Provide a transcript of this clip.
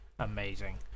Amazing